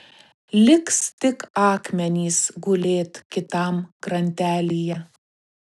liks tik akmenys gulėt kitam krantelyje